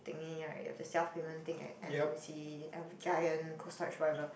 ya you have the self payment thing at n_t_u_c um Giant Cold Storage whatever